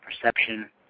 perception